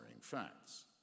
facts